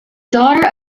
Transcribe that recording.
daughter